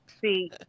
see